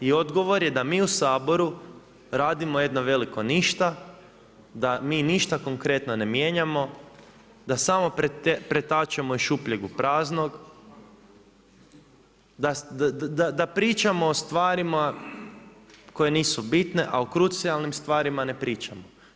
I odgovor je da mi u Saboru radimo jedno veliko ništa, da mi ništa konkretno ne mijenjamo, da samo pretačemo iz šupljeg u prazno, da pričamo o stvarima koje nisu bitne, a o krucijalnim stvarima ne pričamo.